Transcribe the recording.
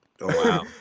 wow